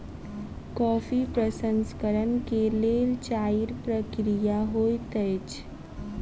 coffee प्रसंस्करण के लेल चाइर प्रक्रिया होइत अछि